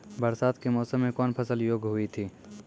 बरसात के मौसम मे कौन फसल योग्य हुई थी?